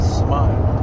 smile